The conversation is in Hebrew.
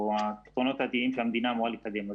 או הפתרונות העתידיים שהמדינה אמורה לקדם.